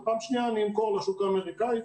פעם שנייה אני אמכור לשוק האמריקאי,